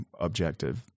objective